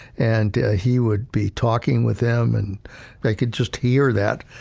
and he would be talking with them, and they could just hear that,